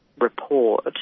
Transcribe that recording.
report